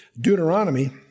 Deuteronomy